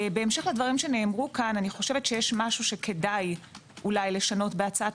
אני חושבת שיש משהו שכדאי אולי לשנות בהצעת